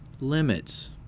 limits